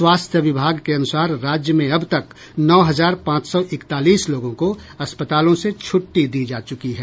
स्वास्थ्य विभाग के अनुसार राज्य में अब तक नौ हजार पांच सौ इकतालीस लोगों को अस्पतालों से छुट्टी दी जा चुकी है